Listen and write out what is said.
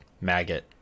maggot